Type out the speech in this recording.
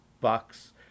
Bucks